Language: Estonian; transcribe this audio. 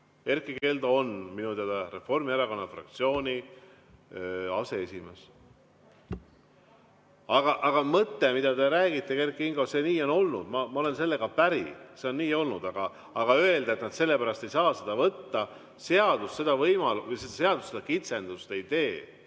Erkki Keldo on minu teada Reformierakonna fraktsiooni aseesimees. Aga mõte, mida te räägite, Kert Kingo, nii on olnud. Ma olen sellega päri, see on nii olnud. Aga öelda, et nad sellepärast ei saa [vaheaega] võtta – seadus seda kitsendust ei tee.